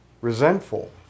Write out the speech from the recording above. resentful